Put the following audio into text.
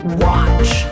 watch